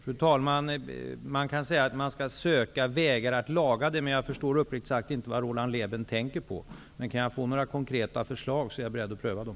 Fru talman! Roland Lében frågar om jag skall söka vägar att laga det här, men jag förstår uppriktigt sagt inte vad han tänker på. Om jag kan få några konkreta förslag är jag beredd att pröva dem.